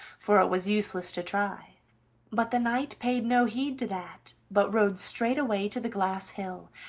for it was useless to try but the knight paid no heed to that, but rode straight away to the glass hill,